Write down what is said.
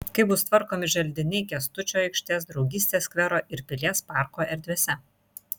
kaip bus tvarkomi želdiniai kęstučio aikštės draugystės skvero ir pilies parko erdvėse